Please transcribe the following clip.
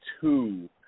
two